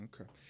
Okay